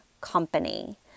company